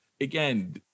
again